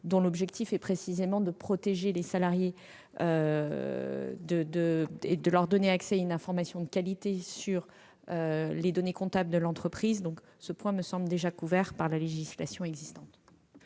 dont l'objectif est précisément de protéger les salariés et de leur donner accès à une information de qualité sur les données comptables de l'entreprise. Ce point me semble donc déjà couvert par la législation en